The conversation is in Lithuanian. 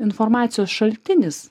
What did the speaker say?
informacijos šaltinis